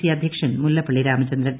C അധ്യക്ഷൻ മുല്ലപ്പള്ളി രാമചന്ദ്രൻ